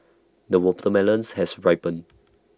the watermelons has ripened